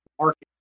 market